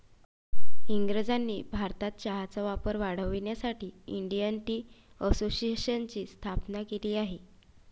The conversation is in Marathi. इंग्रजांनी भारतात चहाचा वापर वाढवण्यासाठी इंडियन टी असोसिएशनची स्थापना केली